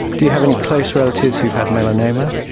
do you have any close relatives who've had melanoma?